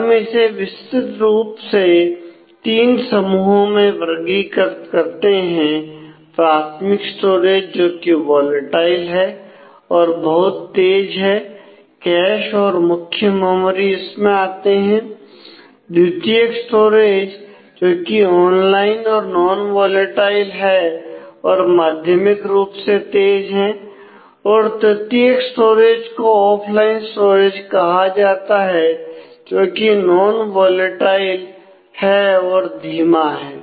हम इसे विस्तृत रूप से तीन समूहों में वर्गीकृत करते हैं प्राथमिक स्टोरेज जोकि वोलेटाइल है और बहुत तेज है कैशइसमें आते हैं द्वितीयक स्टोरेज जोकि ऑनलाइन और नॉन्वोलेटाइल है और माध्यमिक रूप से तेज है और तृतीयक स्टोरेज को ऑफलाइन स्टोरेज कहा जाता है जोकि नॉन्वोलेटाइल है और धीमा है